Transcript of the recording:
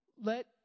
let